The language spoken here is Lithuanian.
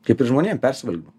kaip ir žmonėm persivalgymo